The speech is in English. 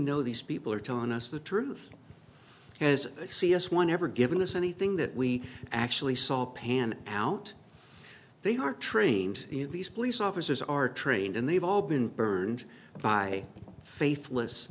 know these people are telling us the truth because c s one ever given us anything that we actually saw panned out they are trained these police officers are trained and they've all been burned by faithless